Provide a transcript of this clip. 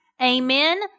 Amen